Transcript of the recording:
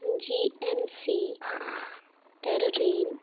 G M C terrain